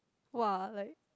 !wah! like